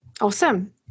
awesome